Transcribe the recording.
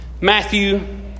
Matthew